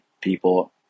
people